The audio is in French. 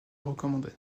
recommandait